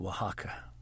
Oaxaca